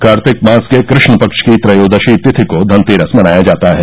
कार्तिक मास के कृष्ण पक्ष की त्रयोदशी तिथि को धनतेरस मनाया जाता है